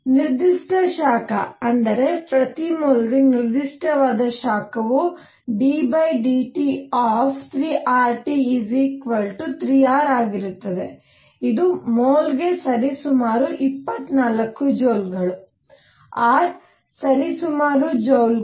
ನಿರ್ದಿಷ್ಟ ಶಾಖ ಅಂದರೆ ಪ್ರತಿ ಮೋಲ್ಗೆ ನಿರ್ದಿಷ್ಟವಾದ ಶಾಖವು ddT3RT3R ಆಗಿರುತ್ತದೆ ಇದು ಮೋಲ್ಗೆ ಸರಿಸುಮಾರು 24 ಜೌಲ್ಗಳು R ಸರಿಸುಮಾರು ಜೌಲ್ಗಳು